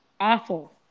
awful